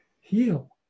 heal